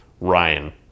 Ryan